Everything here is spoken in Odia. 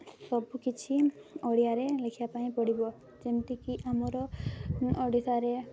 ସବୁ କିଛି ଓଡ଼ିଆରେ ଲେଖିବା ପାଇଁ ପଡ଼ିବ ଯେମିତିକି ଆମର ଓଡ଼ିଶାରେ